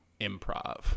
improv